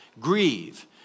Grieve